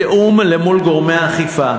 בתיאום מול גורמי האכיפה,